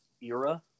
era